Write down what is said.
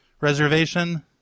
reservation